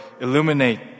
illuminate